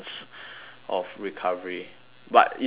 of recovery but it's still a chance